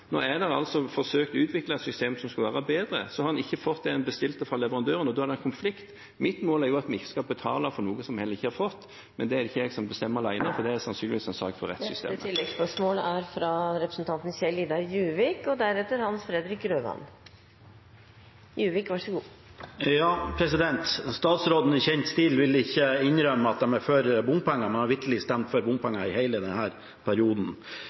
skulle være bedre, og så har en ikke fått det en bestilte fra leverandøren, og da er det en konflikt. Mitt mål er jo at vi ikke skal betale for noe som vi heller ikke har fått. Men det er det ikke jeg som bestemmer alene, for det er sannsynligvis en sak for rettssystemet. Kjell-Idar Juvik – til oppfølgingsspørsmål. Statsråden vil – i kjent stilt – ikke innrømme at man er for bompenger, men har vitterlig stemt for bompenger i hele denne perioden.